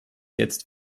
jetzt